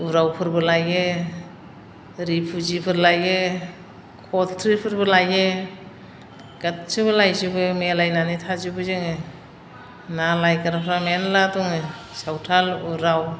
उरावफोरबो लायो रिफिउजिबो लायो खथ्रि फोरबो लायो गासैबो लायजोबो मिलायनानै थाजोबो जोंङो ना लायग्राफ्रा मेल्ला दंङ सावथाल उराव